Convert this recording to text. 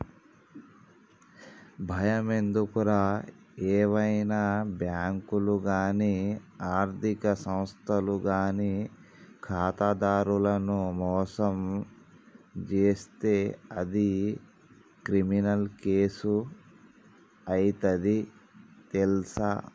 బయమెందుకురా ఏవైనా బాంకులు గానీ ఆర్థిక సంస్థలు గానీ ఖాతాదారులను మోసం జేస్తే అది క్రిమినల్ కేసు అయితది తెల్సా